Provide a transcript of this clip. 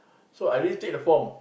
so I already take the form